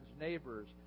neighbors